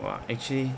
!wah! actually